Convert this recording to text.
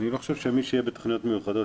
אני לא חושב שמי שיהיה בתוכניות מיוחדות,